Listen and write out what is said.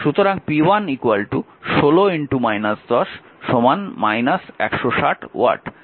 সুতরাং p1 16 160 watt